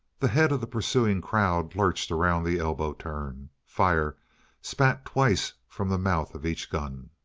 the head of the pursuing crowd lurched around the elbow-turn fire spat twice from the mouth of each gun.